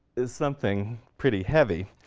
is something pretty heavy,